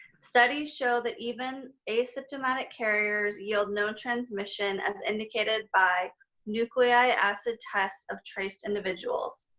studies show that even asymptomatic carriers yield no transmission as indicated by nuclei acid test of traced individuals.